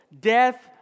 death